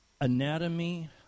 anatomy